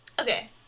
Okay